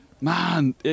Man